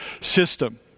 system